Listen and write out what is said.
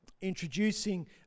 introducing